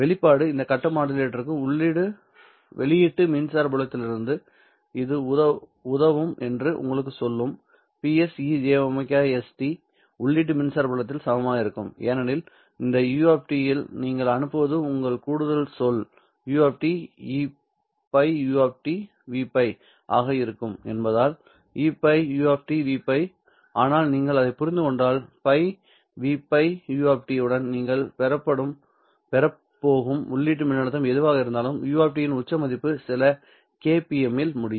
வெளிப்பாடு இந்த கட்ட மாடுலேட்டருக்கு வெளியீட்டு மின்சார புலத்திற்கு இது உதவும் என்று உங்களுக்குச் சொல்லும் Ps e jωs t உள்ளீட்டு மின்சார புலத்திற்கு சமமாக இருக்கும் ஏனெனில் இந்த u இல் நீங்கள் அனுப்புவது உங்களது கூடுதல் சொல் u eπu Vπ ஆக இருக்கும் என்பதால் eπu Vπ ஆனால் நீங்கள் அதை புரிந்து கொண்டால் π V π u உடன் நீங்கள் பெறப் போகும் உள்ளீட்டு மின்னழுத்தம் எதுவாக இருந்தாலும் u இன் உச்ச மதிப்பு சில K pm இல் முடியும்